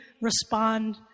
respond